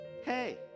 hey